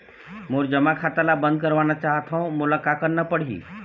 मोर जमा खाता ला बंद करवाना चाहत हव मोला का करना पड़ही?